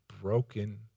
broken